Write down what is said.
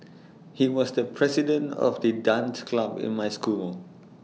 he was the president of the dance club in my school